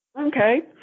Okay